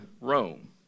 Rome